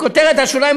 בכותרת השוליים,